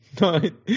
nine